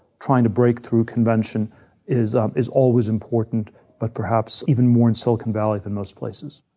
trying to break through convention is um is always important but, perhaps, even more in silicon valley than most places.